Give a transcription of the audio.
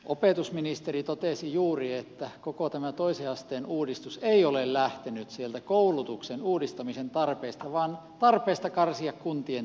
opetusministeri totesi juuri että koko tämä toisen asteen uudistus ei ole lähtenyt sieltä koulutuksen uudistamisen tarpeesta vaan tarpeesta karsia kuntien tehtäviä